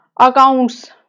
accounts